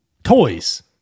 Toys